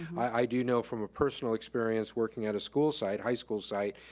i do know from a personal experience working at a school site, high school site,